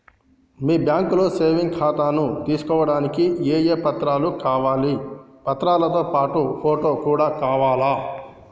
మీ బ్యాంకులో సేవింగ్ ఖాతాను తీసుకోవడానికి ఏ ఏ పత్రాలు కావాలి పత్రాలతో పాటు ఫోటో కూడా కావాలా?